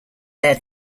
their